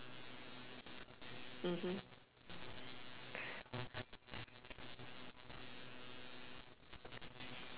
mmhmm